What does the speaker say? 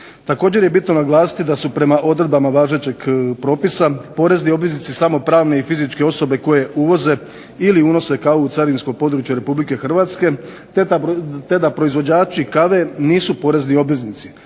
Također je bitno naglasiti da su prema odredbama važećeg propisa porezni obveznici samo pravne i fizičke osobe koje uvoze ili unose kavu u carinsko područje RH te da proizvođači kave nisu porezni obveznici